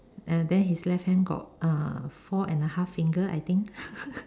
uh then his left hand got uh four and a half finger I think